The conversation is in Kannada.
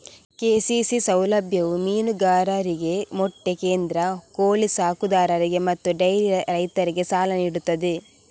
ಕೆ.ಸಿ.ಸಿ ಸೌಲಭ್ಯವು ಮೀನುಗಾರರಿಗೆ, ಮೊಟ್ಟೆ ಕೇಂದ್ರ, ಕೋಳಿ ಸಾಕುದಾರರಿಗೆ ಮತ್ತು ಡೈರಿ ರೈತರಿಗೆ ಸಾಲ ನೀಡುತ್ತದೆ